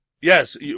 Yes